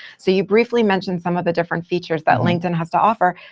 so you briefly mentioned some of the different features that linkedin has to offer.